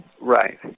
Right